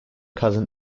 cousin